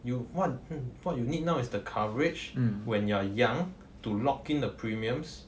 you what what you need now is the coverage when you are young to lock in the premiums